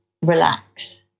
relax